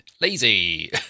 Lazy